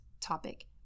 topic